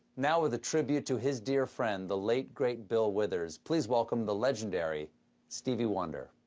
now, with a tribute to his dear friend the late, great, bill withers please welcome the legendary stevie wonder.